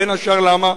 בין השאר, למה?